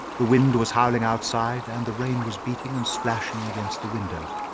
the wind was howling outside, and the rain was beating and splashing against the windows.